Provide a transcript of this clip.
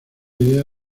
idea